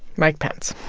mike pence